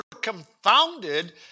confounded